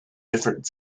different